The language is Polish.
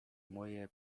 moje